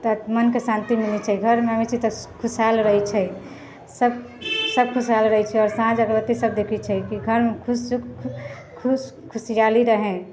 तऽ मनके शान्ति मिलैत छै घरमे अबैत छी तऽ खुशहाल रहैत छै सब खुशहाल रहैत छै आओर साँझ अगरबत्ती सब देखबैत छै कि घरमे खुश खुश खुशहाली रहए